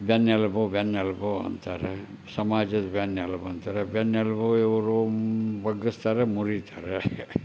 ಬೆನ್ನೆಲುಬು ಬೆನ್ನೆಲುಬು ಅಂತಾರೆ ಸಮಾಜದ ಬೆನ್ನುಲುಬು ಅಂತಾರೆ ಬೆನ್ನುಲುಬು ಇವರು ಬಗ್ಗಿಸ್ತಾರೆ ಮುರಿತಾರೆ ಅಷ್ಟೇ